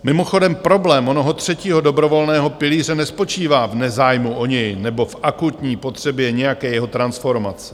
Mimochodem problém onoho třetího dobrovolného pilíře nespočívá v nezájmu o něj nebo v akutní potřebě nějaké jeho transformace.